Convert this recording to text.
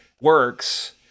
works